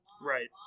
Right